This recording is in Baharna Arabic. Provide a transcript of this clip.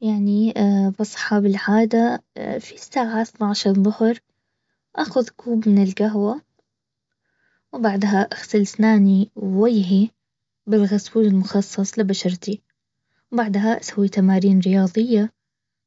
يعني بصحى بالعادة في الساعة اثناش الظهر اخذ كوب من القهوة وبعدها اغسل اسناني و ويهي بغسول المخصص لبشرتي بعدها سوي تمارين رياضية